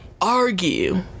argue